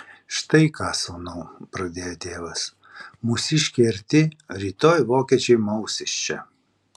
štai ką sūnau pradėjo tėvas mūsiškiai arti rytoj vokiečiai maus iš čia